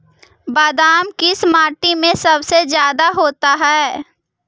बादाम किस माटी में सबसे ज्यादा होता है?